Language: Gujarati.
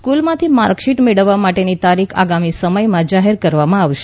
સ્ક્રલમાંથી માર્કશીટ મેળવવા માટેની તારીખ આગામી સમયમાં જાહેર કરવામાં આવશે